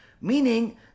Meaning